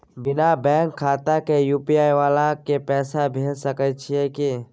बिना बैंक खाता के यु.पी.आई वाला के पैसा भेज सकै छिए की?